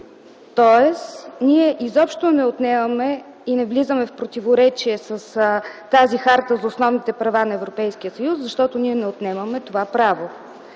Тоест ние изобщо не отнемаме и не влизаме в противоречие с тази Харта за основните права на Европейския съюз, защото ние не отнемаме това право.